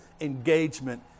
engagement